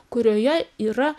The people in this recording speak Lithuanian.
kurioje yra